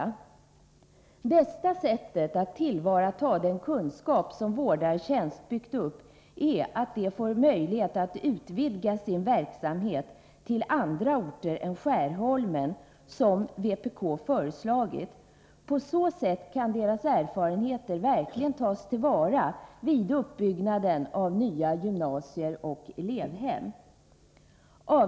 Det bästa sättet att tillvarata den kunskap som styrelsen för vårdartjänst byggt upp är att styrelsen får möjlighet att utvigda sin verksamhet till andra orter än Skärholmen, som vpk har föreslagit. På så sätt kan erfarenheterna verkligen tas till vara vid uppbyggnaden av nya gymnasier och elevhem. Herr talman!